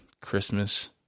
Christmas